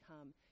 come